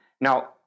Now